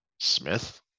Smith